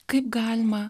kaip galima